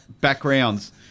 backgrounds